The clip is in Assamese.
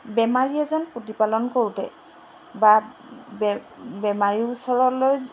বেমাৰী এজন প্ৰতিপালন কৰোঁতে বা বেমাৰীৰ ওচৰলৈ